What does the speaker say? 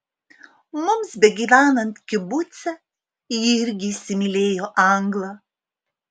mums begyvenant kibuce ji irgi įsimylėjo anglą